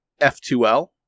F2L